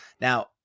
now